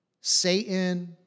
Satan